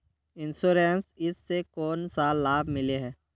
Insurance इस से कोन सा लाभ मिले है?